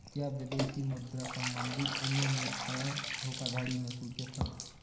क्या विदेशी मुद्रा संबंधी अनियमितताएं धोखाधड़ी में सूचित हैं?